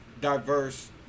diverse